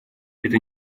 это